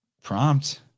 Prompt